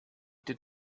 did